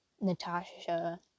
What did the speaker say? Natasha